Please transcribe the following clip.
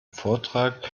vortrag